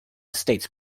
estates